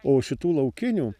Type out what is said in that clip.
o šitų laukinių